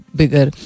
bigger